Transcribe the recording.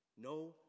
No